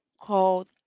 called